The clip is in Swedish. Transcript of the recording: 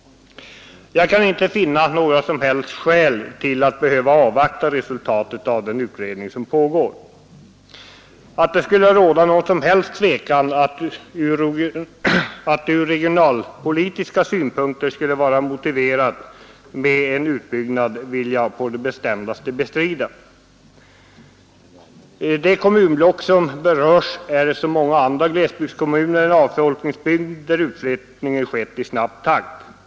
Jag kan inte finna några som helst skäl för att behöva avvakta resultatet av den utredning som nu pågår. Att det skulle råda någon som helst tvekan om att det ur regionalpolitiska synpunkter skulle vara motiverat med en utbyggnad vill jag på det bestämdaste bestrida. Det kommunblock som berörs är som så många andra glesbygdskommuner en avfolkningsbygd där utflyttningen skett i snabb takt.